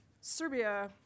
Serbia